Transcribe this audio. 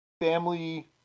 family